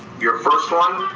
your first one,